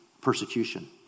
persecution